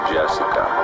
Jessica